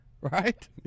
Right